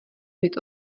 být